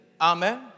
Amen